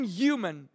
human